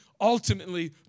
ultimately